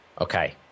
Okay